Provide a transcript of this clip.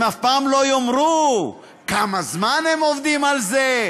הם אף פעם לא יאמרו כמה זמן הם עובדים על זה.